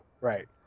Right